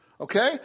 Okay